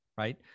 right